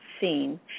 seen